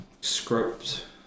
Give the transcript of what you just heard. script